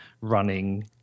running